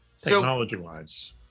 technology-wise